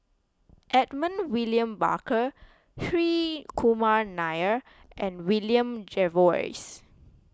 Edmund William Barker Hri Kumar Nair and William Jervois